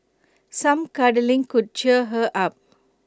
some cuddling could cheer her up